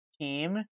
team